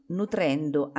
nutrendo